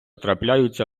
трапляються